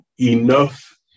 enough